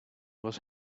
was